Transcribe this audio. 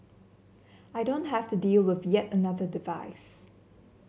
I don't have to deal with yet another device